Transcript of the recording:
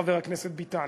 חבר הכנסת ביטן,